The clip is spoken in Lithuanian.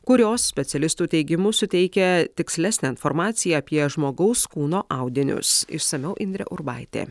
kurios specialistų teigimu suteikia tikslesnę informaciją apie žmogaus kūno audinius išsamiau indrė urbaitė